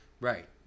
right